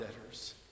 debtors